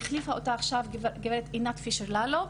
והחליפה אותה עכשיו גב' עינת פישר ללו,